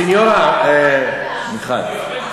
סניורה, מיכל.